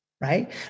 right